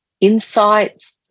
insights